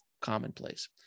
commonplace